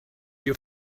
your